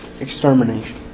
extermination